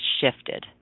shifted